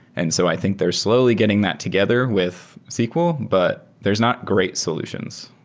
and so i think they're slowly getting that together with sql, but there's not great solutions.